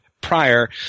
prior